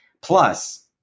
Plus